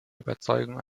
überzeugung